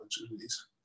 opportunities